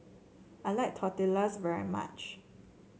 I like Tortillas very much